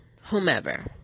whomever